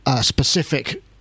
specific